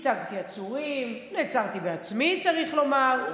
ייצגתי עצורים, נעצרתי בעצמי, צריך לומר.